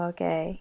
Okay